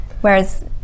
Whereas